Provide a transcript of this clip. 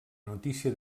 notícia